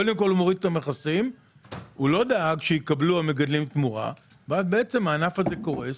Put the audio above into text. הוריד את המכסים אבל לא דאג שהמגדלים יקבלו תמורה והענף הזה קורס.